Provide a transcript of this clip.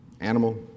animal